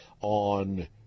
on